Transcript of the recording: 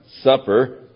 supper